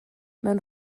mewn